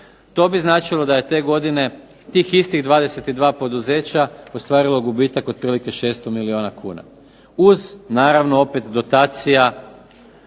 To bi značilo da je te godine tih istih 22 poduzeća ostvarilo gubitak otprilike 600 milijuna kuna, uz naravno opet dotacija